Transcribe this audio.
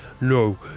no